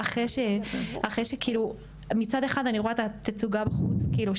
ואחרי שמצד אחד אני רואה את ההצגה בחוץ שהוא